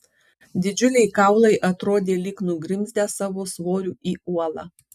didžiuliai kaulai atrodė lyg nugrimzdę savo svoriu į uolą